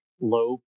low